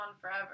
forever